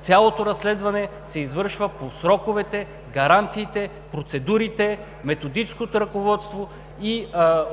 Цялото разследване не извършва по сроковете, гаранциите, процедурите, методическото ръководство и